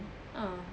ah